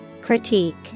Critique